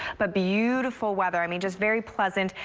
but beautiful weather. i mean just very pleasant.